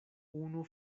unu